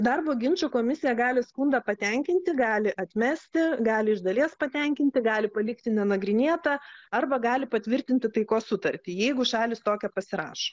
darbo ginčų komisija gali skundą patenkinti gali atmesti gali iš dalies patenkinti gali palikti nenagrinėtą arba gali patvirtinti taikos sutartį jeigu šalys tokią pasirašo